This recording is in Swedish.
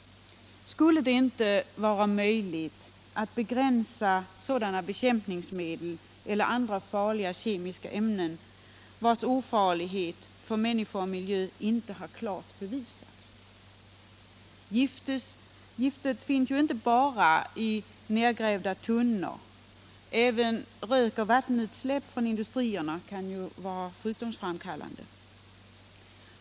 Skulle det inte vara möjligt att begränsa sådana bekämpningsmedel eller andra farliga kemiska ämnen vilkas ofarlighet för människor och miljö inte klart har bevisats? Gift finns ju inte bara i nergrävda tunnor. Även utsläpp i luft och vatten kan vara sjukdomsframkallande.